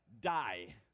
die